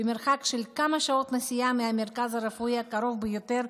במרחק של כמה שעות נסיעה מהמרכז הרפואי הקרוב ביותר,